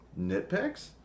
Nitpicks